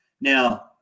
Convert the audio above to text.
Now